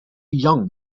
young